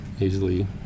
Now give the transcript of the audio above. easily